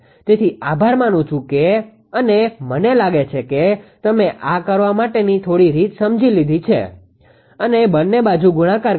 તેથી આભાર માનું છું અને મને લાગે છે કે તમે આ કરવા માટેની થોડી રીત સમજી લીધી છે અને બંને બાજુ ગુણાકાર કરો